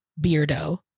Beardo